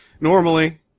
normally